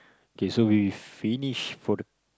K so we finish for the